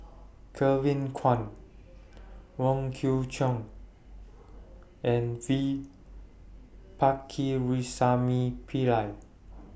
Kevin Kwan Wong Kwei Cheong and V Pakirisamy Pillai